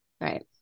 right